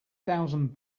thousand